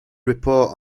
report